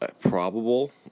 probable